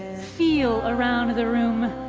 feel around the room.